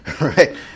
right